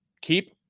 keep